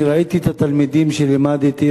אני ראיתי את התלמידים שלימדתי,